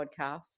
podcast